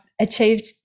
achieved